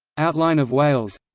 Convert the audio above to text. outline of wales